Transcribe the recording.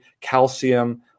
calcium